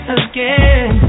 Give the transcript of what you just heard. again